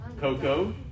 Coco